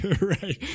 right